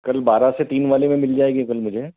कल बारह से तीन वाले में मिल जाएगी कल मुझे